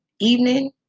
evening